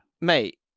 Mate